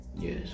Yes